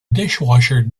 dishwasher